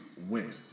win